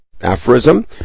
aphorism